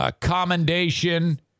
commendation